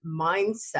mindset